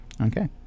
Okay